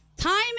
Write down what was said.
Time